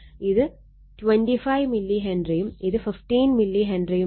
ഇത് 25 മില്ലി ഹെൻറിയും ഇത് 15 മില്ലി ഹെൻറിയുമാണ്